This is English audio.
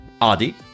Adi